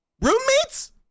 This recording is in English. Roommates